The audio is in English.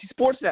Sportsnet